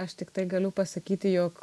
aš tiktai galiu pasakyti jog